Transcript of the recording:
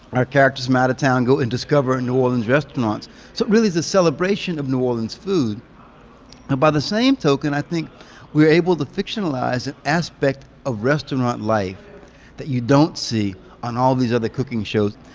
our characters from out of town go and discover new orleans' restaurants, so it really is a celebration of new orleans' food but by the same token, i think we're able to fictionalize an aspect of restaurant life that you don't see on all of these other cooking shows.